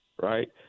right